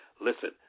Listen